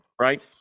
right